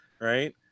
right